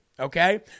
Okay